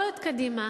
לא את קדימה,